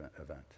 event